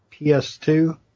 PS2